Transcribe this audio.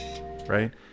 right